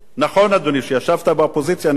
כשישבת באופוזיציה אני יודע כמה סייעת,